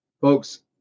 folks